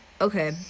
okay